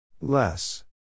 less